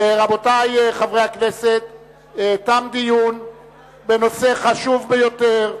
רבותי חברי הכנסת, תם דיון בנושא חשוב ביותר,